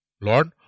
Lord